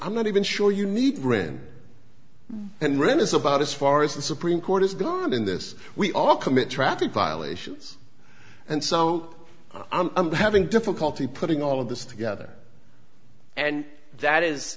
i'm not even sure you need grin and rim is about as far as the supreme court has gone in this we all commit traffic violations and so i'm having difficulty putting all of this together and that is